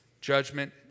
judgment